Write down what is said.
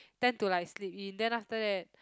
tend to like sleep in then after that